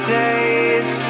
days